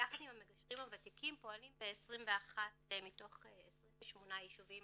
יחד עם המגשרים הוותיקים פועלים ב-21 מתוך 28 ישובים